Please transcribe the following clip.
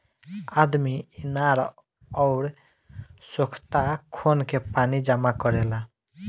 आदमी इनार अउर सोख्ता खोन के पानी जमा करेला